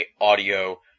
Audio